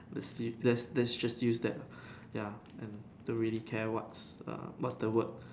the see let's let's just use that ah ya and don't really care what's err what's the word